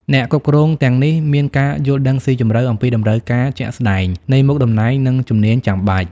អ្នកគ្រប់គ្រងទាំងនេះមានការយល់ដឹងស៊ីជម្រៅអំពីតម្រូវការជាក់ស្តែងនៃមុខតំណែង និងជំនាញចាំបាច់។